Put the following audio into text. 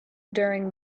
during